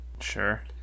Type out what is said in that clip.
Sure